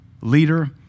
leader